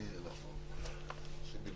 (היו"ר מיכאל מלכיאלי, 17:05)